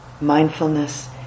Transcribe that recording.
mindfulness